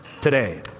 today